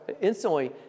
instantly